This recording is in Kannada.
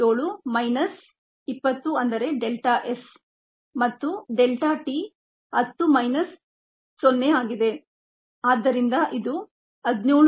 7 ಮೈನಸ್ 20 ಅಂದರೆ delta s ಮತ್ತು delta t 10 minus 0 ಆಗಿದೆ ಆದ್ದರಿಂದ ಇದು 17